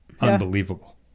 unbelievable